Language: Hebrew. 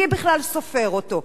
מי בכלל סופר אותו?